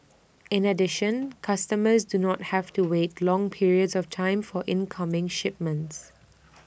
in addition customers do not have to wait long periods of time for incoming shipments